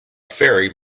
fairy